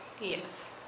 Yes